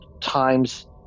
times